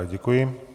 Děkuji.